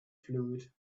fluid